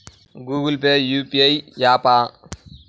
Google Pay UPI య్యాపా?